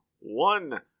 one